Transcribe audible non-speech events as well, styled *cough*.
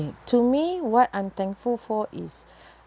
to me what I'm thankful for is *breath*